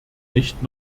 nicht